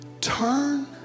turn